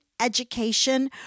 education